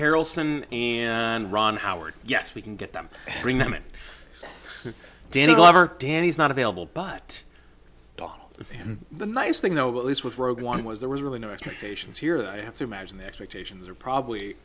harrelson and ron howard yes we can get them bring them in danny glover danny is not available but the nice thing though at least with rogue one was there was really no expectations here that i have to imagine the expectations are probably